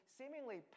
seemingly